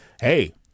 hey